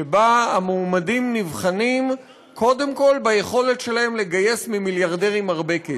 שבה המועמדים נבחנים קודם כול ביכולת שלהם לגייס ממיליארדרים הרבה כסף.